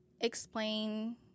explain